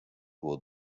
było